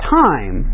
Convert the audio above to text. time